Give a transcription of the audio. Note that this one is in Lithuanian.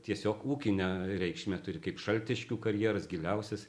tiesiog ūkinę reikšmę turi kaip šaltiškių karjeras giliausias